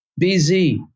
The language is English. BZ